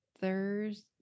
Thursday